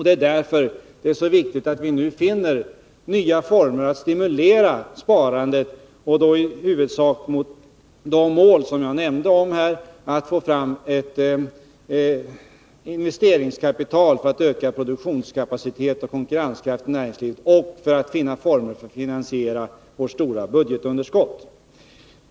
Det är därför det är så viktigt att nu finna nya former att stimulera sparandet och då i huvudsak mot de mål som jag nämnde, att få fram investeringskapital för att öka produktionskapacitet och konkurrenskraft i näringslivet och att finansiera vårt stora budgetunderskott.